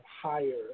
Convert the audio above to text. higher